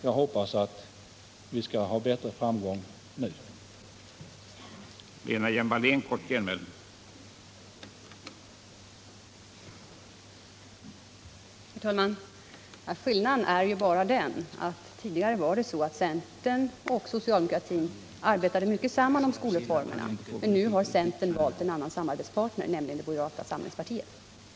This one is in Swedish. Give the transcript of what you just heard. Jag hoppas att vi skall ha större framgång nu.